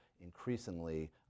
increasingly